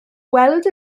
weld